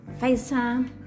FaceTime